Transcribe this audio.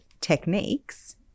techniques